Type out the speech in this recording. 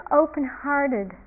open-hearted